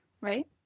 Right